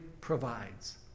provides